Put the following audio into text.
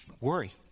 worry